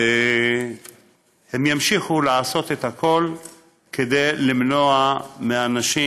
והם ימשיכו לעשות את הכול כדי למנוע מאנשים